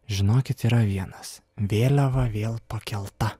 žinokit yra vienas vėliava vėl pakelta